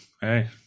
hey